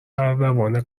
اردوان